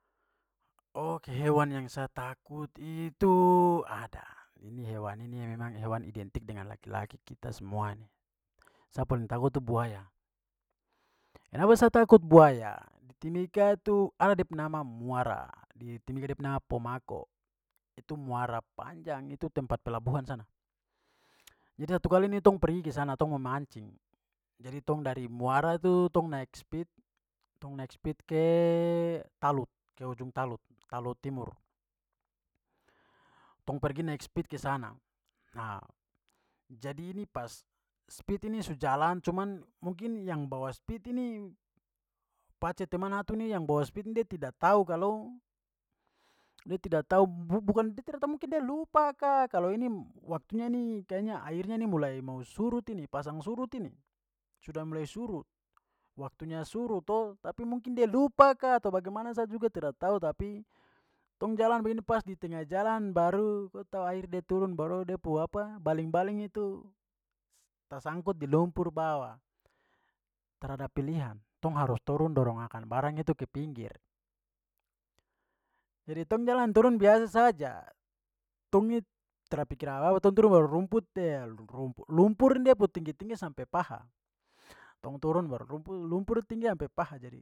hewan yang sa takut itu ada. Ini hewan ini yang memang hewan identik dengan laki-laki kita semua ini. Sa paling takut tu buaya. Kenapa sa takut buaya, di timika tu ada pu nama muara, di timika da pu nama pomako, itu muara panjang, itu tempat pelabuhan sana. jadi satu kali ni tong pergi ke sana tong mo mancing. Jadi tong dari muara itu tong naik speed- tong naik speed ke talud- ke ujung talud- talud timur. Tong pergi naik speed ke sana. Nah, jadi ini pas speed ini su jalan cuman mungkin yang bawa speed ini pace teman atu ni yang bawa speed ini de tidak tahu kalo- da tidak tahu bu-bukan tidak da tidak tahu, mungkin da lupa ka kalau ini waktunya ni kayaknya airnya ini mo mulai mau surut ini, pasang surut ini, sudah mulai surut, waktunya surut to, tapi mungkin da lupa ka atau bagemana sa juga tidak tahu, tapi tong jalan begini pas di tengah jalan baru ko tahu air de turun baru da pu baling-baling itu tasangkut di lumpur bawa. Tarada pilihan, tong harus turun dorong akan barang itu ke pinggir. Jadi tong jalan turun biasa saja. Tong ni tra pikir apa-apa, tong turun baru rumput eh lumpur ni da pu tinggi-tinggi sampe paha. Tong turun baru lumpur tinggi sampai paha jadi.